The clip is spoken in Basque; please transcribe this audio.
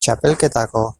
txapelketako